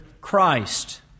Christ